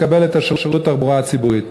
לקבל את שירות התחבורה הציבורית.